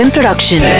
Production